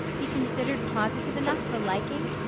be considered positive enough for liking?